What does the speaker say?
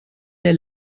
dig